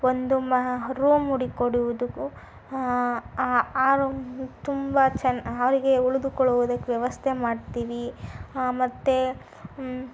ಒಂದು ರೂಮ್ ಹುಡುಕಿ ಕೊಡುವುದಕ್ಕೂ ಆ ರೂಮು ತುಂಬ ಚೆನ್ನ ಅವರಿಗೆ ಉಳಿದುಕೊಳ್ಳುವುದಕ್ಕೆ ವ್ಯವಸ್ಥೆ ಮಾಡ್ತೀವಿ ಮತ್ತೆ